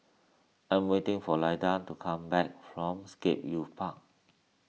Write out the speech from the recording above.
I am waiting for Lyda to come back from Scape Youth Park